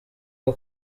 uwo